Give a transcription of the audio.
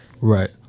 Right